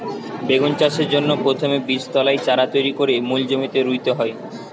বেগুন চাষের জন্যে প্রথমে বীজতলায় চারা তৈরি কোরে মূল জমিতে রুইতে হয়